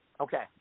Okay